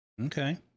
Okay